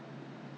应该是 lah